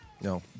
No